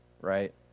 right